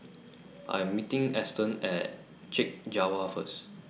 I Am meeting Eston At Chek Jawa First